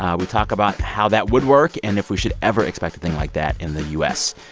um we talk about how that would work and if we should ever expect a thing like that in the u s.